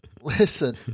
listen